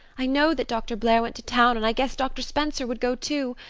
i know that dr. blair went to town and i guess dr. spencer would go too.